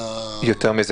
השתנה --- יותר מזה,